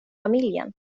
familjen